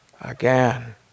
Again